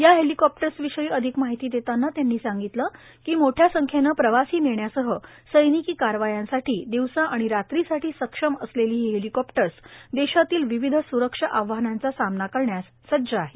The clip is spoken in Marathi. या हेलिकॉप्टर्स विषयी अधिक माहिती देताना त्यांनी सांगितलं की मोठ्या संख्येनं प्रवासी नेण्यासह सैनिकी कारवायांसाठी दिवसा आणि रात्रीसाठी सक्षम असलेली ही हेलिकॉप्टर्स देशातील विविध स्रक्षा आव्हानांचा सामना करण्यास सज्ज आहेत